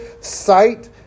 sight